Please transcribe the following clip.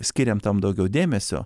skiriam tam daugiau dėmesio